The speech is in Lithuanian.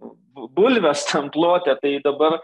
bulves tam plote tai dabar